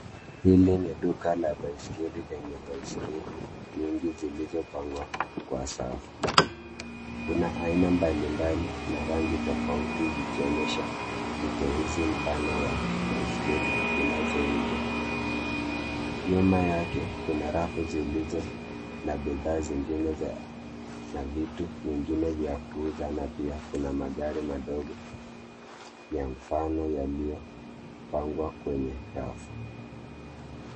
Hili ni duka la baiskeli lenye baiskeli nyingi zilizopangwa kwa safu. Kuna aina mbalimbali na rangi tofauti ikionyesha uteuzi mpana wa baiskeli zinazouzwa. Nyuma yake, kuna rafu zilizo na bidhaa zingine na vitu vingine vya kuuza na pia kuna magari madogo ya mfano yaliyopangwa kwenye rafu.